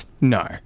no